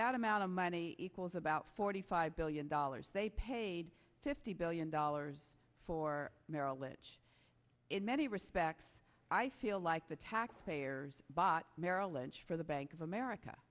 that amount of money equals about forty five billion dollars they paid fifty billion dollars for merrill lynch in many respects i feel like the taxpayers bought merrill lynch for the bank of america